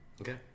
okay